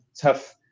tough